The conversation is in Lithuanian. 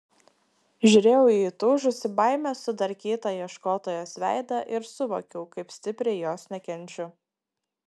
žiūrėjau į įtūžusį baimės sudarkytą ieškotojos veidą ir suvokiau kaip stipriai jos nekenčiu